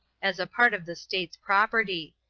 as a part of the state's property.